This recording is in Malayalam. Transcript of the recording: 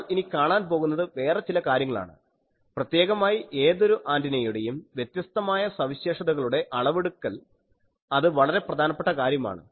നമ്മൾ ഇനി കാണാൻ പോകുന്നത് വേറെ ചില കാര്യങ്ങളാണ് പ്രത്യേകമായി ഏതൊരു ആന്റിനയുടെയും വ്യത്യസ്തമായ സവിശേഷതകളുടെ അളവെടുക്കൽ അത് വളരെ പ്രധാനപ്പെട്ട കാര്യമാണ്